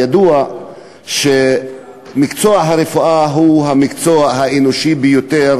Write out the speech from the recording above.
ידוע שמקצוע הרפואה הוא המקצוע האנושי ביותר